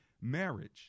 marriage